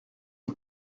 les